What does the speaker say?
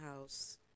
house